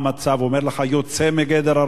הוא אומר לך: יוצא מגדר הרגיל.